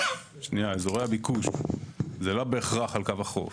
אזורי הביקוש זה לא בהכרח על קו החוף.